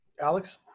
Alex